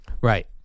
Right